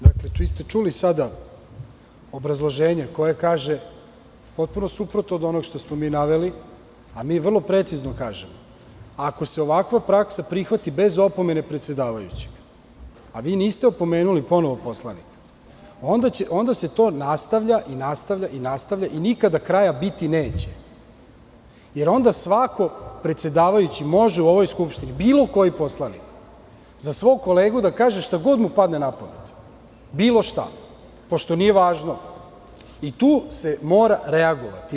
Dakle, čuli ste sada obrazloženje koje kaže potpuno suprotno od onog što smo mi naveli, a mi vrlo precizno kažemo - ako se ovakva praksa prihvati bez opomene predsedavajućeg, a vi niste opomenuli ponovo poslanika, onda se to nastavlja i nastavlja i nastavlja i nikada kraja biti neće, jer onda svako, predsedavajući, može u ovoj Skupštini, bilo koji poslanik, za svog kolegu da kaže šta god mu padne na pamet, bilo šta, pošto nije važno i tu se mora reagovati.